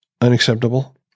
unacceptable